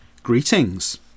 Greetings